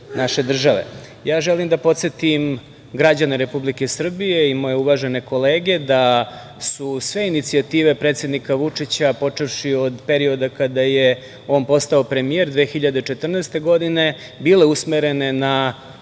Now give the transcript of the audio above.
države. Želim da podsetim građane Republike Srbije i moje uvažene kolege da su sve inicijative predsednika Vučića, počevši od perioda kada je on postao premijer 2014. godine, bile usmerene na